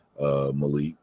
Malik